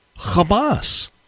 Hamas